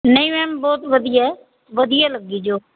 ਨਹੀਂ ਮੈਮ ਬਹੁਤ ਵਧੀਆ ਵਧੀਆ ਲੱਗੀ ਜੋ